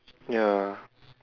ya